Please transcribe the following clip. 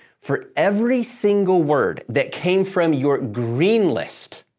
for every single word that came from your green list,